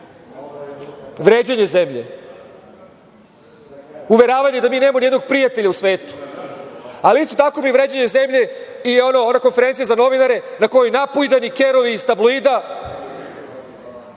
vređanje zemlje, uveravanje da mi nemamo nijednog prijatelja u svetu, ali isto tako i vređanje zemlje i ona konferencija za novinare na kojoj napujdani kerovi iz tabloida